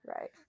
Right